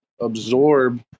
absorb